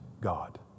God